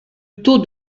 taux